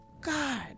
God